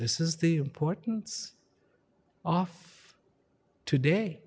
this is the importance off today